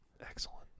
Excellent